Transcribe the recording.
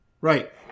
Right